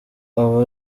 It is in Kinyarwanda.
aba